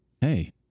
hey